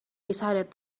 decided